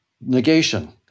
negation